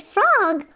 Frog